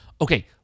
Okay